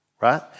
Right